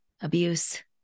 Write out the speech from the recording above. Abuse